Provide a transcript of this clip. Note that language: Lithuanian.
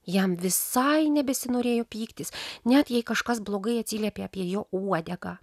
jam visai nebesinorėjo pyktis net jei kažkas blogai atsiliepė apie jo uodegą